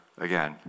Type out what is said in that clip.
again